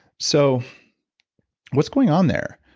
so what's going on there?